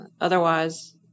otherwise